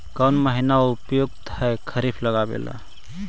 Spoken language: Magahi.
कौन महीना उपयुकत है खरिफ लगावे ला?